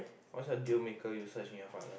what's a deal maker you search in your partner